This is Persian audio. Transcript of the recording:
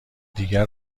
دیگر